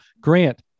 Grant